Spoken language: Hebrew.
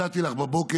הצעתי לך בבוקר,